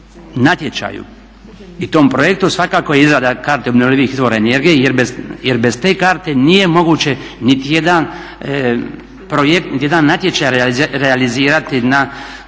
i tom projektu svakako je izrada karta obnovljivih izvora energije jer bez te karte nije moguće niti jedan projekt, niti jedan natječaj realizirati na